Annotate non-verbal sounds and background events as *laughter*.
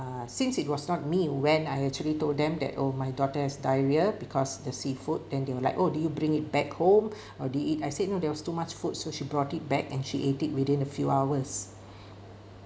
err since it was not me when I actually told them that oh my daughter has diarrhea because the seafood then they were like oh do you bring it back home *breath* or do you eat I said no there was too much food so she brought it back and she ate it within a few hours